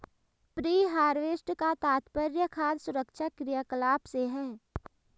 pre harvest का तात्पर्य खाद्य सुरक्षा क्रियाकलाप से है